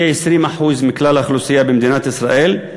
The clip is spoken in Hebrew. כ-20% מכלל האוכלוסייה במדינת ישראל,